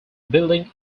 building